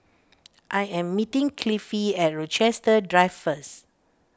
I am meeting Cliffie at Rochester Drive first